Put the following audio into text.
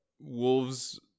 Wolves